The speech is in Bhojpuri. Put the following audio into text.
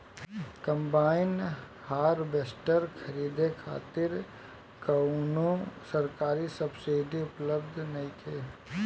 कंबाइन हार्वेस्टर खरीदे खातिर कउनो सरकारी सब्सीडी उपलब्ध नइखे?